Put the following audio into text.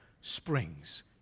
springs